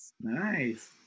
Nice